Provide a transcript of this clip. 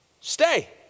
stay